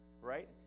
right